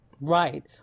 Right